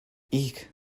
eek